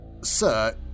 Sir